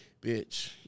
bitch